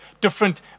different